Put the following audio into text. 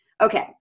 Okay